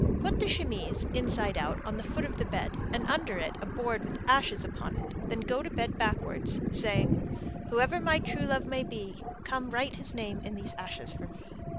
put the chemise, inside out, on the foot of the bed and under it a board with ashes upon it then go to bed backwards, saying whoever my true love may be, come write his name in these ashes for me.